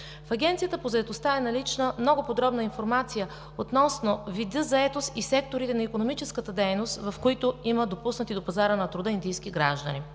В Агенцията по заетостта е налична много подробна информация относно вида заетост и секторите на икономическата дейност, в които има допуснати до пазара на труда индийски граждани.